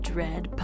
Dread